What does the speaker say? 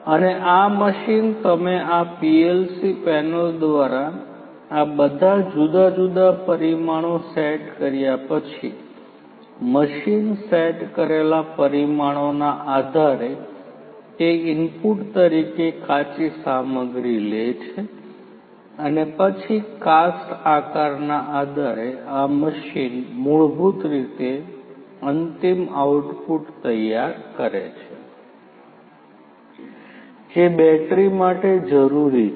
અને આ મશીન તમે આ પીએલસી પેનલ દ્વારા આ બધા જુદા જુદા પરિમાણો સેટ કર્યા પછી મશીન સેટ કરેલા પરિમાણોના આધારે તે ઇનપુટ તરીકે કાચી સામગ્રી લે છે અને પછી કાસ્ટ આકારના આધારે આ મશીન મૂળભૂત રીતે અંતિમ આઉટપુટ તૈયાર કરે છે જે બેટરી માટે જરૂરી છે